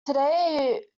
today